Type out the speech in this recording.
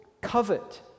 covet